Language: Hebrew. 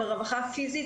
ברווחה פיזית,